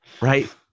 Right